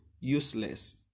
useless